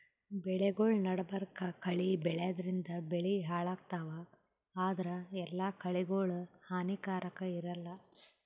ಬೆಳಿಗೊಳ್ ನಡಬರ್ಕ್ ಕಳಿ ಬೆಳ್ಯಾದ್ರಿನ್ದ ಬೆಳಿ ಹಾಳಾಗ್ತಾವ್ ಆದ್ರ ಎಲ್ಲಾ ಕಳಿಗೋಳ್ ಹಾನಿಕಾರಾಕ್ ಇರಲ್ಲಾ